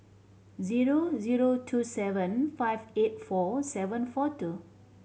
zero zero two seven five eight four seven four two